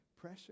pressure